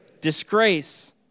Disgrace